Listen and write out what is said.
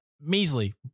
measly